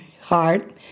hard